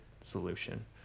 solution